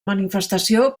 manifestació